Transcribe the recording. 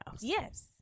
Yes